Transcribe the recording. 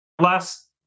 Last